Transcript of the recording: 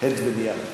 עט ונייר.